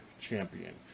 champion